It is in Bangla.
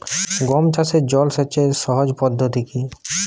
গম চাষে জল সেচের সহজ পদ্ধতি কি?